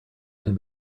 can